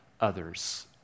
others